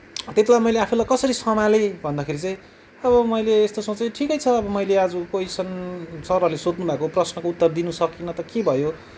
त्यतिबेला मैले आफूलाई कसरी सम्हाले भन्दाखेरि चाहिँ अब मैले यस्तो सोचेँ ठिकै छ मैले आज क्वेसन सरहरूले सोध्नुभएको प्रश्नको उत्तर दिन सकिनँ त के भयो